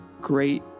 great